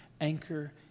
anchor